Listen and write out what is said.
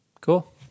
Cool